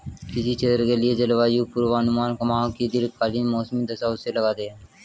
किसी क्षेत्र के लिए जलवायु पूर्वानुमान वहां की दीर्घकालिक मौसमी दशाओं से लगाते हैं